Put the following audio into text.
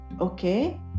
okay